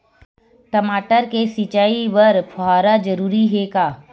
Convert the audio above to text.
टमाटर के सिंचाई बर फव्वारा जरूरी हे का?